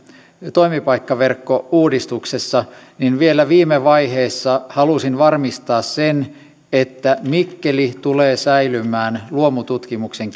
toimipaikkaverkkouudistuksessa vielä viime vaiheessa halusin varmistaa sen että mikkeli tulee säilymään luomututkimuksen